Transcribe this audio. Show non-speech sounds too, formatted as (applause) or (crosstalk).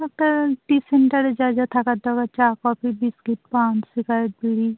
তা টিফিনটার যা যা (unintelligible) দাবার চা কফি বিস্কিট পান সুপারি বিড়ি